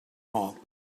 hall